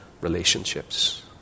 relationships